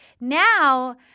Now